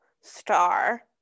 star